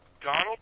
Donald